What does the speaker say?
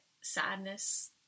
sadness